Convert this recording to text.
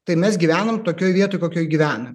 tai mes gyvenam tokioj vietoj kokioj gyvenam